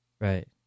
right